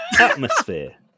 Atmosphere